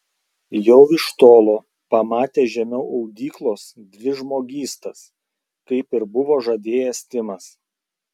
jau iš tolo pamatė žemiau audyklos dvi žmogystas kaip ir buvo žadėjęs timas